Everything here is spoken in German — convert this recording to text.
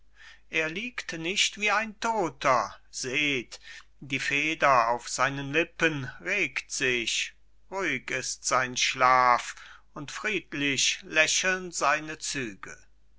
er liegt nicht wie ein toter seht die feder auf seinen lippen regt sich ruhig ist sein schlaf und friedlich lächeln seine züge